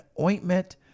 ointment